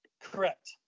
Correct